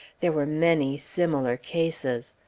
there were many similar cases.